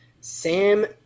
Sam